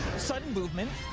sudden movement.